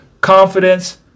Confidence